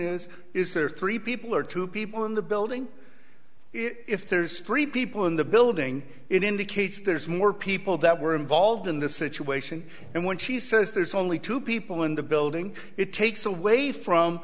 is is there three people or two people in the building if there's three people in the building it indicates there's more people that were involved in the situation and when she says there's only two people in the building it takes away from